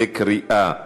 בקריאה ראשונה,